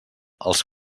els